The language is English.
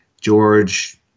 george